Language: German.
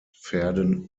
pferden